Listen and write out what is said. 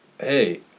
hey